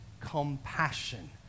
compassion